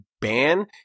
ban